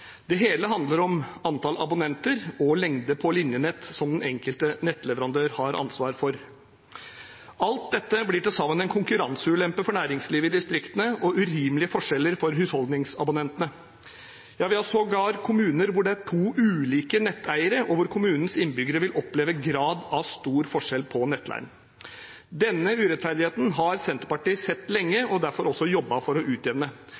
Det hele handler om antall abonnementer og lengden på linjenettet som den enkelte nettleverandør har ansvar for. Alt dette blir til sammen en konkurranseulempe for næringslivet i distriktene og urimelige forskjeller for husholdningsabonnentene. Vi har sågar kommuner hvor det er to ulike netteiere, og hvor kommunens innbyggere vil oppleve en stor grad av forskjell på nettleien. Denne urettferdigheten har Senterpartiet sett lenge og derfor også jobbet for å utjevne.